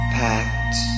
packed